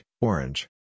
Orange